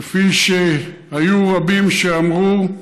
כפי שהיו רבים שאמרו: